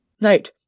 night